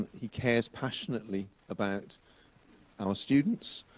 he cares passionately about our students,